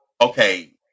okay